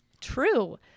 true